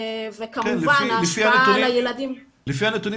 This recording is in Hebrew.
וכמובן ההשפעה על הילדים --- לפי הנתונים